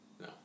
No